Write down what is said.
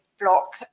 block